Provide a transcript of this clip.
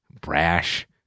brash